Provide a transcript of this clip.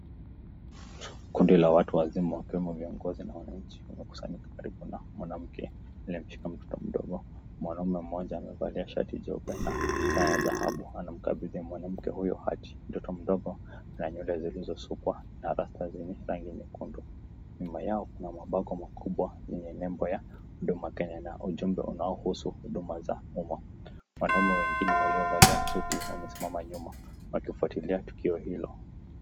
Kundi la watu wazima wakiwemo viongozi na wananchi wamekusanyika karibu na mwanamke aliyemshika mtoto mdogo. Mwanaume mmoja amevalia shati jeupe na saa ya dhahabu, anamkabidha mwanamke huyo hati. Mtoto mdogo ana nywele zilizosukwa na rasta zenye rangi nyekundu. Nyuma yao kuna mabango makubwa yenye nembo ya huduma Kenya na ujumbe unaohusu huduma za umma. Wanaume wengine waliovalia suti wamesimama nyuma wakifuatilia tukio hilo.